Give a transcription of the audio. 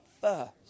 first